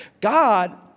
God